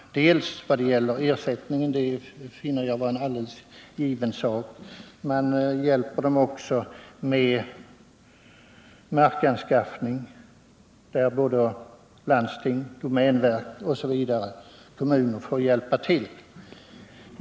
Att man gör det i fråga om ersättningen anser jag vara en alldeles given sak, liksom att man hjälper dem med markanskaffning — där får kommunen, landstinget, domänverket osv. hjälpa till.